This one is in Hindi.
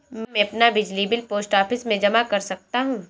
क्या मैं अपना बिजली बिल पोस्ट ऑफिस में जमा कर सकता हूँ?